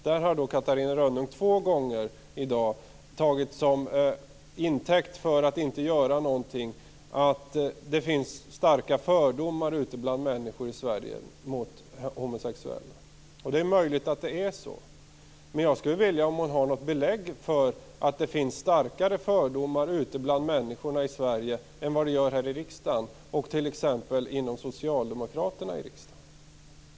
Där har Catarina Rönnung två gånger i dag tagit som intäkt för att inte göra någonting att det finns starka fördomar bland människor i Sverige mot homosexuella. Det är möjligt att det är så. Men jag skulle vilja att hon visade att hon har belägg för att det finns starkare fördomar bland människorna ute i Sverige än det gör här i riksdagen, t.ex. bland socialdemokraterna.